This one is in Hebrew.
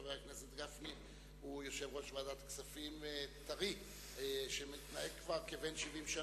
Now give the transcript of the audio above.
חבר הכנסת גפני הוא יושב-ראש ועדת כספים טרי שמתנהג כבר כבן 70 שנה,